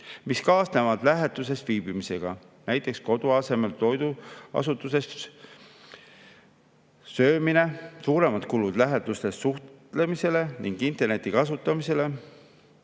mis kaasnevad lähetuses viibimisega, näiteks kodu asemel toitlustusasutuses söömine, suuremad kulud lähedastega suhtlemisele ning interneti kasutamisele.